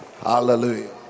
Hallelujah